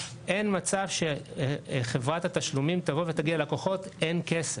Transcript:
אין מצב שחברת התשלומים תבוא ותגיד ללקוחות אין כסף.